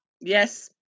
Yes